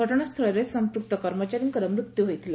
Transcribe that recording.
ଘଟଣାସ୍ଥଳରେ ସମ୍ମକ୍ତ କର୍ମଚାରୀଙ୍କର ମୃତ୍ୟୁ ହୋଇଥିଲା